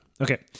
okay